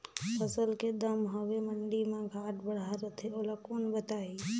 फसल के दम हवे मंडी मा घाट बढ़ा रथे ओला कोन बताही?